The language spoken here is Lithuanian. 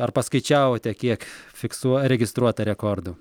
ar paskaičiavote kiek fiksuo registruota rekordų